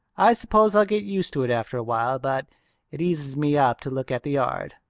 i suppose i'll get used to it after awhile but it eases me up to look at the yard.